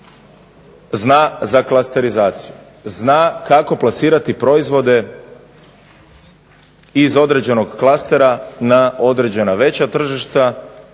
zna za klasterizaciju, zna kako plasirati proizvode iz određenog klastera na određena veća tržišta